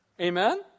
Amen